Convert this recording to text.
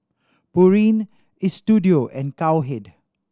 Pureen Istudio and Cowhead